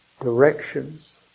directions